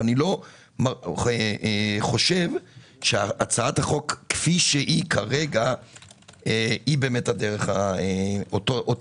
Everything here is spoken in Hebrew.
אני לא חושב שהצעת החוק כפי שהיא כרגע היא באמת דרך המיצוע.